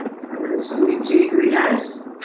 those forty two degree days?